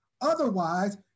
Otherwise